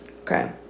Okay